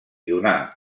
donà